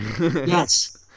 Yes